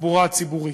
בתחבורה הציבורית.